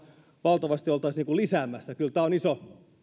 valtavasti oltaisiin niin kuin lisäämässä kyllä tämä on iso